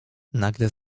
nagle